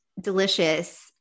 delicious